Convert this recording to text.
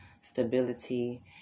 stability